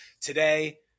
today